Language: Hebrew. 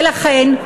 ולכן,